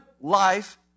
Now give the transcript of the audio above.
life